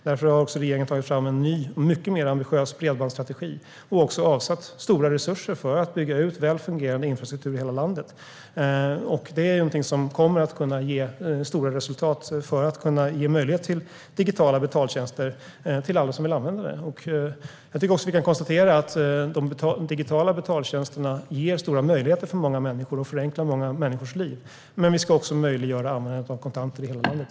Därför har regeringen tagit fram en ny, mycket mer ambitiös bredbandsstrategi och också avsatt stora resurser för att bygga ut väl fungerande infrastruktur i hela landet. Detta kommer att kunna ge goda resultat och ge möjlighet till digitala betaltjänster för alla som vill använda dem. Jag tycker att vi kan konstatera att de digitala betaltjänsterna erbjuder stora möjligheter för många människor och förenklar många människors liv. Men vi ska också möjliggöra användandet av kontanter i hela landet.